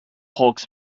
hawks